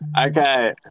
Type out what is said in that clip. okay